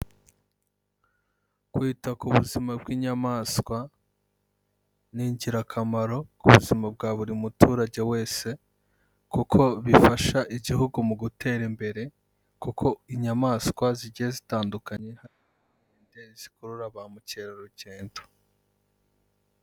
Kwita ku buzima bw'inyamaswa ni ingirakamaro ku buzima bwa buri muturage wese, kuko bifasha igihugu mu gutera imbere, kuko inyamaswa zigiye zitandukanye zikurura ba mukerarugendo.